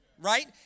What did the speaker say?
right